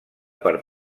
per